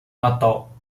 natal